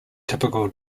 typical